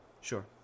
Sure